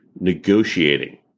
negotiating